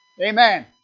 Amen